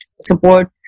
support